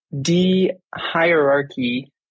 de-hierarchy